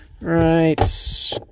Right